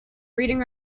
reading